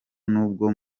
nubwo